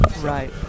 right